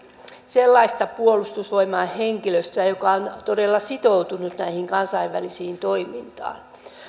sellaista puolustusvoimain henkilöstöä joka on todella sitoutunut näihin kansainvälisiin toimintoihin